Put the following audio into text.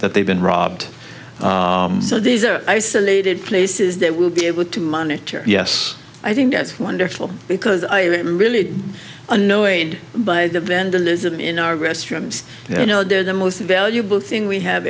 that they've been robbed so these are isolated places that will be able to monitor yes i think that's wonderful because i really annoyed by the vandalism in our guest rooms you know they're the most valuable thing we have